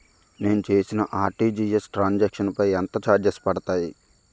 నేను చేసిన RTGS transaction లో పై ఎంత చార్జెస్ పడతాయి?